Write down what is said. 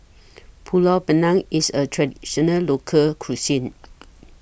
Pulut Panggang IS A Traditional Local Cuisine